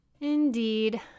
indeed